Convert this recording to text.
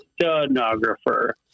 stenographer